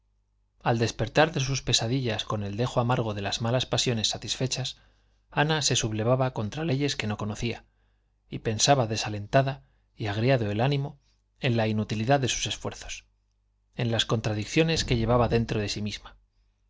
al despertar de sus pesadillas con el dejo amargo de las malas pasiones satisfechas ana se sublevaba contra leyes que no conocía y pensaba desalentada y agriado el ánimo en la inutilidad de sus esfuerzos en las contradicciones que llevaba dentro de sí misma